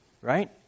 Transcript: right